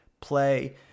play